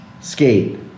Skate